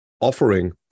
offering